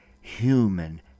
human